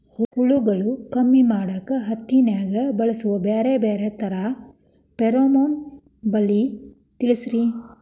ಹುಳುಗಳು ಕಮ್ಮಿ ಮಾಡಾಕ ಹತ್ತಿನ್ಯಾಗ ಬಳಸು ಬ್ಯಾರೆ ಬ್ಯಾರೆ ತರಾ ಫೆರೋಮೋನ್ ಬಲಿ ತಿಳಸ್ರಿ